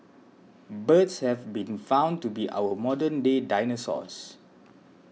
birds have been found to be our modern day dinosaurs